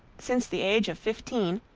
since the age of fifteen,